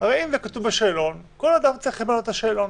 אם זה כתוב בשאלון כל אדם צריך למלא את השאלון